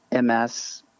MS